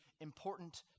important